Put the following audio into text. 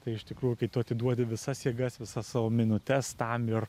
tai iš tikrųjų kai tu atiduodi visas jėgas visas savo minutes tam ir